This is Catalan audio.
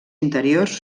interiors